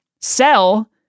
sell